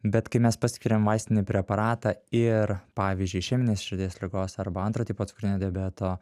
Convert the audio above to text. bet kai mes paskyriam vaistinį preparatą ir pavyzdžiui išeminės širdies ligos arba antro tipo cukrinio diabeto